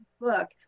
book